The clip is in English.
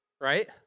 right